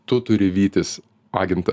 tu turi vytis agentą